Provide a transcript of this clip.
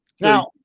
now